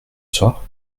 soir